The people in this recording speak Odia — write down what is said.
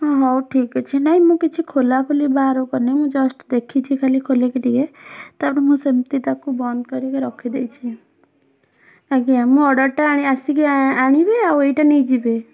ହଁ ହଉ ଠିକ୍ ଅଛି ନାହିଁ ମୁଁ କିଛି ଖୋଲା ଖୋଲି ବାହାର କରିନି ମୁଁ ଯଷ୍ଟ ଦେଖିଛି ଖାଲି ଖୋଲିକି ଟିକେ ତା'ପରେ ମୁଁ ସେମିତି ତାକୁ ବନ୍ଦ କରିକି ରଖିଦେଇଛି ଆଜ୍ଞା ମୁଁ ଅର୍ଡ଼ର୍ଟା ଆଣି ଆସିକି ଆଣିବି ଆଉ ଏଇଟା ନେଇଯିବେ